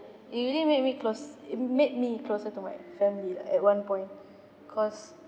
it really make me close it made me closer to my family lah at one point cause